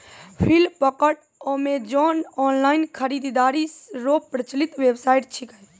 Flipkart Amazon online खरीदारी रो प्रचलित वेबसाइट छिकै